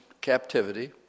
captivity